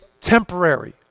temporary